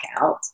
out